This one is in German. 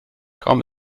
kaum